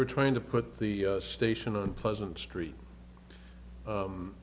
were trying to put the station a pleasant street